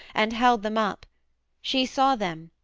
and held them up she saw them,